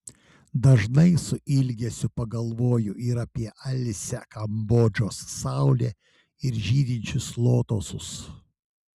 dažnai su ilgesiu pagalvoju ir apie alsią kambodžos saulę ir žydinčius lotosus